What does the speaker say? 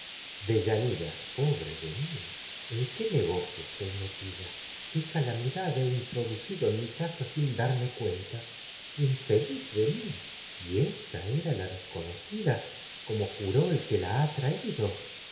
deyanira pobre de mi en qué negocio estoy me en tida qué calamidad he introducido infeliz de mi y ésta mi casa sin dar la me cuenta era desconocida como juró el que la ha traído